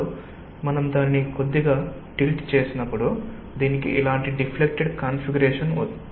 కాబట్టి మనం దానిని కొద్దిగా టిల్ట్ చేసినప్పుడు దీనికి ఇలాంటి డిఫ్లెక్టెడ్ కాన్ఫిగరేషన్ ఉంది